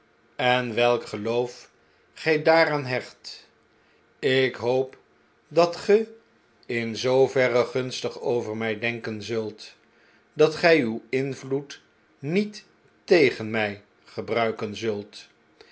en welk geloof gij daaraan hecht ik hoop dat ge in zoover gunstig over mg denken zult dat gij uw invloed niettegen mij gebruiken zult